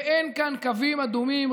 ואין כאן קווים אדומים.